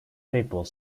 people